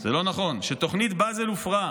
אבל זה לא נכון, "שתוכנית בזל הופרה.